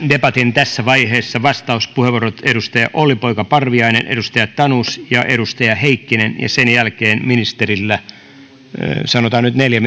debatin tässä vaiheessa vastauspuheenvuorot edustaja olli poika parviainen edustaja tanus ja edustaja heikkinen ja sen jälkeen ministerillä sanotaan nyt neljän